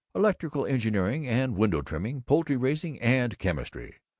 electrical engineering and window-trimming, poultry-raising and chemistry.